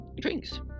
Drinks